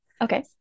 Okay